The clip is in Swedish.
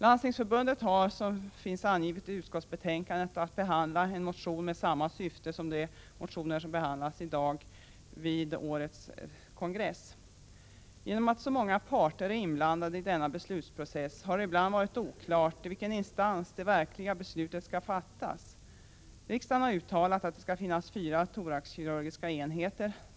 Landstingsförbundet har, som finns angivet i utskottets betänkande, vid årets kongress att behandla en motion med samma syfte som de motioner som behandlas här i dag. Genom att så många parter är inblandade i denna beslutsprocess har det ibland varit oklart i vilken instans det verkliga beslutet skall fattas. Riksdagen har uttalat att det skall finnas fyra thoraxkirurgiska enheter.